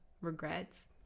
regrets